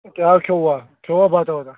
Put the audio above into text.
کیٛاہ حظ کھیٚووا کھیٚووا بَتہٕ وتہٕ